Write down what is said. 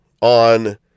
on